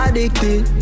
Addicted